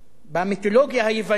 במיתולוגיה היוונית